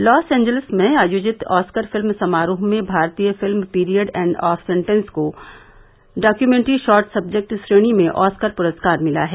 loss Angeles में आयोजित Oscar film समारोह में भारतीय film Period End of Sentence को डॉक्यूमेंट्री शॉर्ट सबजेक्ट श्रेणी में ऑस्कर पुरस्कार मिला है